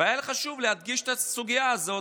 והיה לי חשוב להדגיש את הסוגיה הזאת,